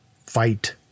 fight